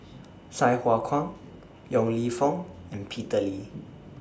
Sai Hua Kuan Yong Lew Foong and Peter Lee